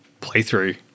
playthrough